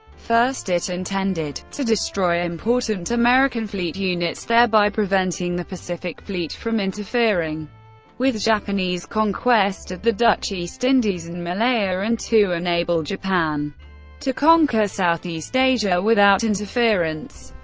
first, it intended to destroy important american fleet units, thereby preventing the pacific fleet from interfering with japanese conquest of the dutch east indies and malaya and to enable japan to conquer southeast asia without interference.